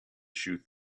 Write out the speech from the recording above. shoot